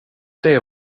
det